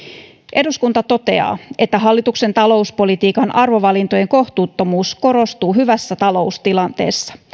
eduskunta toteaa että hallituksen talouspolitiikan arvovalintojen kohtuuttomuus korostuu hyvässä taloustilanteessa